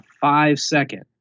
five-second